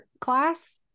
class